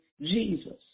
Jesus